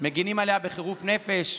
שמגינים עליה בחירוף נפש.